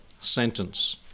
sentence